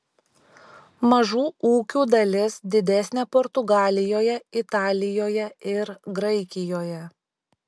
mažų ūkių dalis didesnė portugalijoje italijoje ir graikijoje